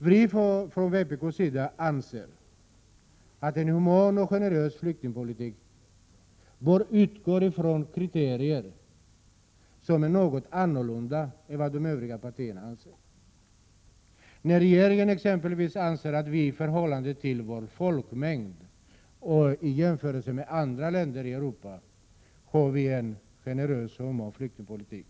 Vi från vpk anser att en human och generös flyktingpolitik bör utgå från kriterier som är något annorlunda än vad de Övriga partierna anser. Regeringen, exempelvis, anser att vi i förhållande till vår folkmängd och i jämförelse med andra länder i Europa har en generös och human flyktingpolitik.